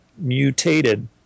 Mutated